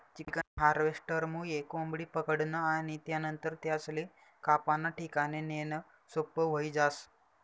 chicken हार्वेस्टरमुये कोंबडी पकडनं आणि त्यानंतर त्यासले कापाना ठिकाणे नेणं सोपं व्हयी जास